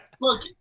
Look